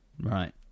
Right